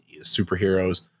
superheroes